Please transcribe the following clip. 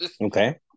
Okay